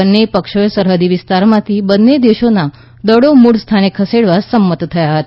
બંને પક્ષો સરહદી વિસ્તારમાંથી બંને દેશોના દળો મૂળ સ્થાને ખસેડવા સંમત થયા હતા